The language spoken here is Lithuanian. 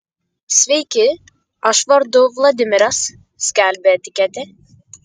sveiki aš vardu vladimiras skelbia etiketė